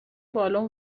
بالن